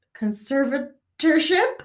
conservatorship